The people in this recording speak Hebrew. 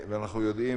אנחנו יודעים,